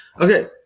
Okay